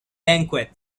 banquet